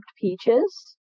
peaches